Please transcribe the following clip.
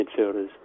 midfielders